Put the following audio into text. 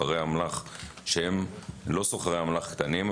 סוחרי אמל"ח שהם לא סוחרי אמל"ח קטנים,